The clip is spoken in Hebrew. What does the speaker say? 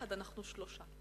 ביחד אנחנו שלושה.